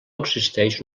existeix